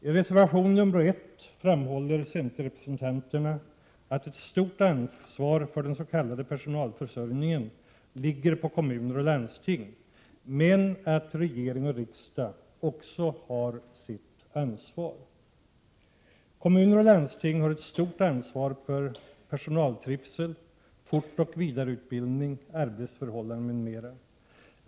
I reservation 1 framhåller centerrepresentanterna att ett stort ansvar för den s.k. personalförsörjningen ligger på kommuner och landsting men att regering och riksdag också har sitt ansvar. Kommuner och landsting har ett stort ansvar för personaltrivsel, fortoch vidareutbildning, arbetsförhållanden m.m.